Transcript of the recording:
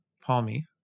Palmy